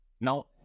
now